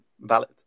valid